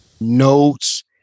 notes